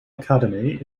academy